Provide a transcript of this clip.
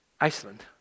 Iceland